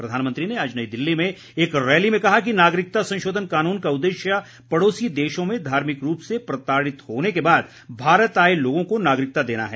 प्रधानमंत्री ने आज नई दिल्ली में एक रैली में कहा कि नागरिकता संशोधन कानून का उद्देश्य पड़ोसी देशों में धार्मिक रूप से प्रताड़ित होने के बाद भारत आए लोगों को नागरिकता देना है